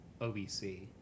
OBC